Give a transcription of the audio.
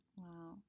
wow